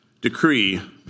decree